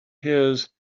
his